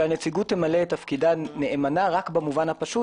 שהנציגות תמלא תפקידה נאמנה רק במובן הפשוט